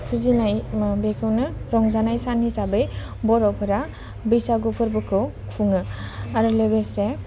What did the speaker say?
फुजिनाय बेखौनो रंजानाय सान हिसाबै बर'फोरा बैसागु फोरबोखौ खुङो आरो लोगोसे